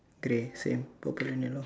grey same purple and yellow